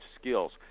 skills